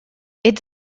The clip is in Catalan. ets